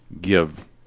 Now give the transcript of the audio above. give